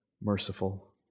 merciful